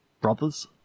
brothers